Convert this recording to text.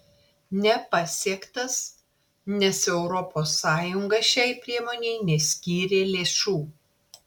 nepasiektas nes europos sąjunga šiai priemonei neskyrė lėšų